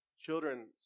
children